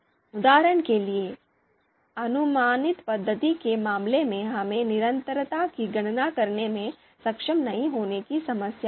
उदाहरण के लिए अनुमानित पद्धति के मामले में हमें निरंतरता की गणना करने में सक्षम नहीं होने की समस्या थी